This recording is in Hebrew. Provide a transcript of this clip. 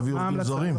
להביא עובדים זרים?